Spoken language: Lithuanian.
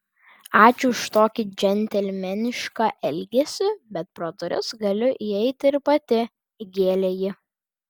ačiū už tokį džentelmenišką elgesį bet pro duris galiu įeiti ir pati įgėlė ji